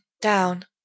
down